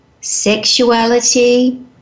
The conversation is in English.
sexuality